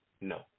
No